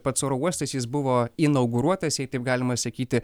pats oro uostas jis buvo inauguruotas jei taip galima sakyti